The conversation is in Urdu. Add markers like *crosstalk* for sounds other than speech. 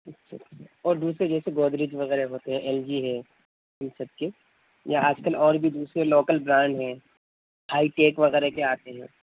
*unintelligible* اور دوسرے جیسے گودریج وغیرہ ہوتے ہیں ایل جی ہے ان سب کے یا آج کل اور بھی دوسرے لوکل برانڈ ہیں ہائٹیک وغیرہ کے آتے ہیں